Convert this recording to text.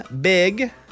Big